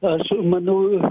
aš manau